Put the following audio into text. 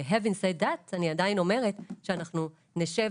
ו-Having said that אני עדיין אומרת שאנחנו נשב